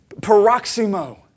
paroximo